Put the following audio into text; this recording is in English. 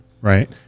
Right